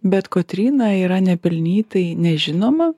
bet kotryna yra nepelnytai nežinoma